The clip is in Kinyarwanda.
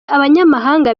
abanyamahanga